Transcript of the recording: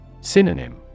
Synonym